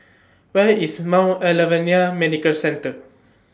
Where IS Mount Alvernia Medical Centre